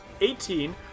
eighteen